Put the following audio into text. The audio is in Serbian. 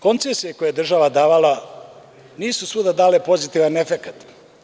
Koncesije koje je država davala nisu svuda dale pozitivan efekat.